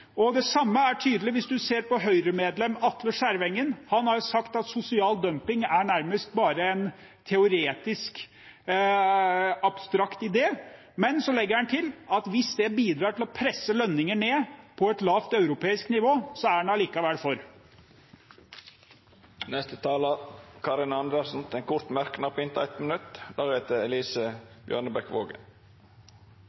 uenige. Det samme er tydelig hvis man ser på Høyre-medlem Pål Atle Skjervengen. Han har sagt at sosial dumping nærmest bare er en teoretisk abstrakt idé. Men så legger han til at hvis det bidrar til å presse lønninger ned på et lavt europeisk nivå, er han allikevel for. Representanten Karin Andersen har hatt ordet to gonger tidlegare og får ordet til ein kort merknad, avgrensa til 1 minutt.